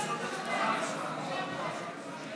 התשע"ה 2015, לא